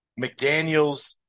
McDaniels